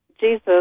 Jesus